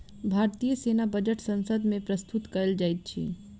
भारतीय सेना बजट संसद मे प्रस्तुत कयल जाइत अछि